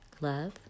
love